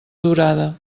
durada